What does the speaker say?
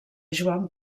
joan